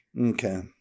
Okay